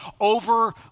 over